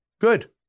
good